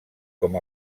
com